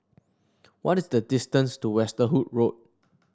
what is the distance to Westerhout Road